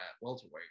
Welterweight